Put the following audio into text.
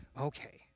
Okay